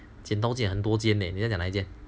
剪刀剪很多间哪你在讲哪一间